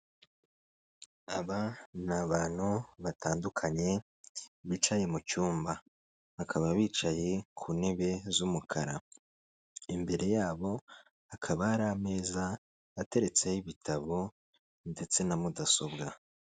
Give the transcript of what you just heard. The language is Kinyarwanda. Aba ni abantu batandukanye bicaye mu cyumba bakaba bicaye ku ntebe z'umukara imbere yabo hakaba hari ameza ateretseho ibitabo ndetse na mudasobwa.